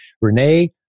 Renee